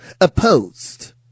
opposed